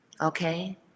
Okay